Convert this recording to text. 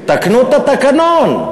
תקנו את התקנון.